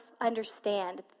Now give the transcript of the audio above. understand